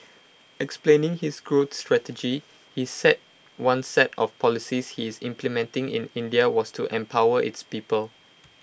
explaining his growth strategy he said one set of policies he is implementing in India was to empower its people